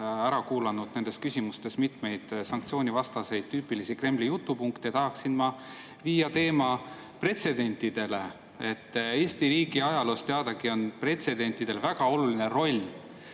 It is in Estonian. ära kuulanud nendes küsimustes mitmeid sanktsioonivastaseid tüüpilisi Kremli jutupunkte, tahaksin viia teema pretsedentidele. Eesti riigi ajaloos, teadagi, on pretsedentidel väga oluline roll.